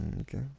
Okay